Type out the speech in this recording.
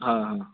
हां हां